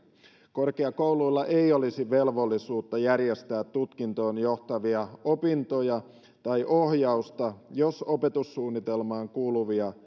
korkeakouluilla ei olisi velvollisuutta järjestää tutkintoon johtavia opintoja tai ohjausta jos opetussuunnitelmaan kuuluvia